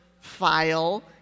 file